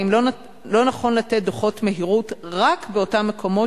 האם לא נכון לתת דוחות מהירות רק באותם מקומות